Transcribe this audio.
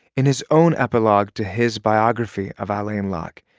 in his own epilogue to his biography of alain locke,